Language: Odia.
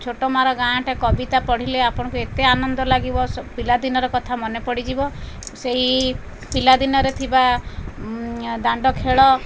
ଛୋଟ ମୋର ଗାଁଟି କବିତା ପଢ଼ିଲେ ଆପଣଙ୍କୁ ଏତେ ଆନନ୍ଦ ଲାଗିବ ପିଲାଦିନର କଥା ମନେ ପଡ଼ିଯିବ ସେହି ପିଲାଦିନରେ ଥିବା ଦାଣ୍ଡ ଖେଳ